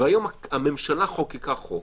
והיום הממשלה חוקקה חוק,